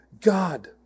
God